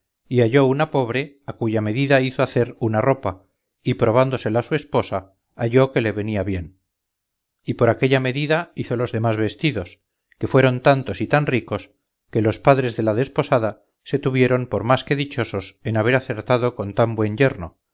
halló una pobre a cuya medida hizo hacer una ropa y probándosela su esposa halló que le venía bien y por aquella medida hizo los demás vestidos que fueron tantos y tan ricos que los padres de la desposada se tuvieron por más que dichosos en haber acertado con tan buen yerno